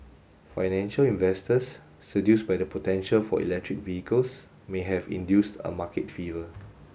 financial investors seduced by the potential for electric vehicles may have induced a market fever